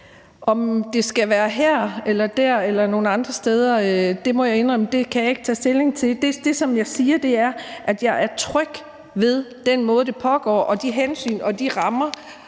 Om det skal være her eller der eller nogle andre steder, må jeg indrømme at jeg ikke kan tage stilling til. Det, som jeg siger, er, at jeg er tryg ved den måde, det foregår på, og de rammer